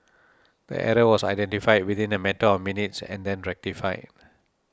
the error was identified within a matter of minutes and then rectified